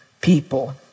people